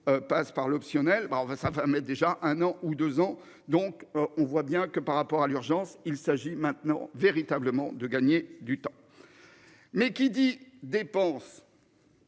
passe par l'optionnel, enfin ça va mais déjà un an ou 2 ans, donc on voit bien que par rapport à l'urgence. Il s'agit maintenant véritablement de gagner du temps. Mais qui dit dépenses.